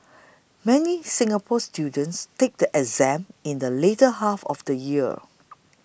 many Singapore students take the exam in the later half of the year